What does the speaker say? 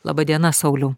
laba diena sauliau